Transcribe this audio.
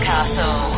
Castle